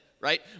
right